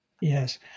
yes